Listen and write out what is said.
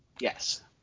Yes